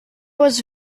was